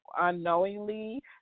unknowingly